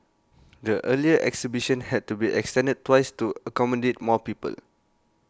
the earlier exhibition had to be extended twice to accommodate more people